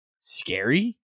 scary